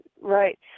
right